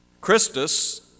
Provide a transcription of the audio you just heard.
Christus